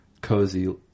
cozy